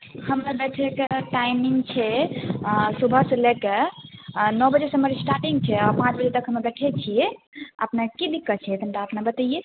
हमरा देखैके टाइमिंग छै सुबह से लऽ के नओ बजे से हमर इस्टार्टिंग छै आ पाँच बजे तक हमे देखै छियै अपनेके की दिक्कत छै कनि टा अपने बतैयै